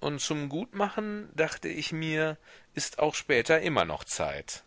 und zum gutmachen dachte ich mir ist auch später immer noch zeit